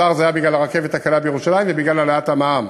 השאר זה היה בגלל הרכבת הקלה בירושלים ובגלל העלאת המע"מ,